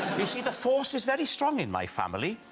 you see, the force is very strong in my family.